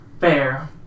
fair